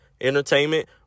entertainment